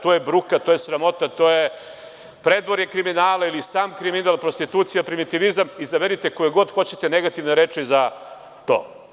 To je bruka, to je sramota, to je predvorje kriminala ili sam kriminal, prostitucija, primitivizam, izaberite koje god hoćete negativne reči za to.